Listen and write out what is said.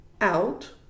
out